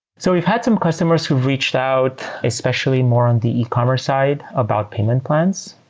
so we've had some customers who've reached out especially more on the e commerce side about payment plans.